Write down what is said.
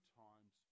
times